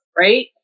right